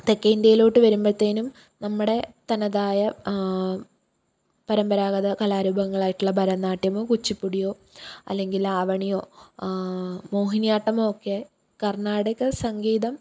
തെക്കേന്ത്യേയിലോട്ട് വരുമ്പോഴത്തേക്കും നമ്മുടെ തനതായ പരമ്പരാഗത കലാരൂപങ്ങളായിട്ടുള്ള ഭാരതനാട്യമൊ കുച്ചുപ്പുടിയൊ അല്ലെങ്കിൽ ആവണിയൊ മോഹിനിയാട്ടമൊ ഒക്കെ കർണാടക സംഗീതം